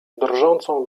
drżącą